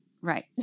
Right